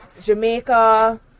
jamaica